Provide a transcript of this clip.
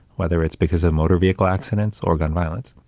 whether it's because of motor vehicle accidents or gun violence.